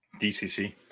DCC